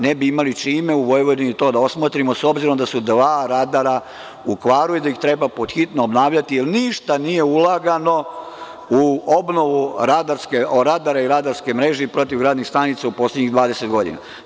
Ne bi imali čime u Vojvodini to da osmotrimo, s obzirom da su dva radara u kvaru i da ih treba pod hitno obnavljati, jer ništa nije ulagano u obnovu radara i radarske mreže i protivgradnih stanica u poslednjih 20 godina.